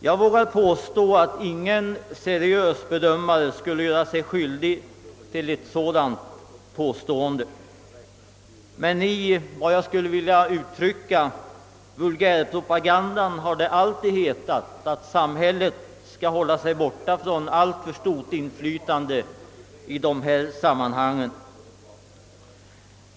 Jag vågar påstå att ingen seriös bedömare skulle göra sig skyldig till ett sådant påstående. Men i vad jag vill kalla för vulgärpropagandan har det alltid hetat, att samhället skall hållas borta från ett alltför stort inflytande i dessa sammanhang.